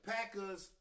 Packers